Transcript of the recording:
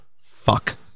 Fuck